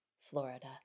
Florida